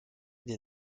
des